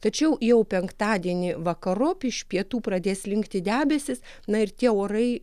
tačiau jau penktadienį vakarop iš pietų pradės slinkti debesys na ir tie orai